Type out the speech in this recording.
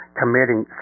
committing